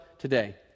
today